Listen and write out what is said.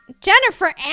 Jennifer